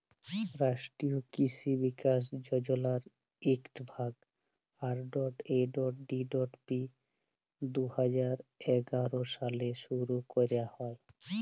রাষ্ট্রীয় কিসি বিকাশ যজলার ইকট ভাগ, আর.এ.ডি.পি দু হাজার এগার সালে শুরু ক্যরা হ্যয়